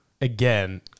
again